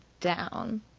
down